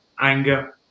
anger